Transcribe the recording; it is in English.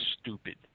stupid